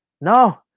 No